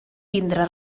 vindre